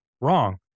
wrong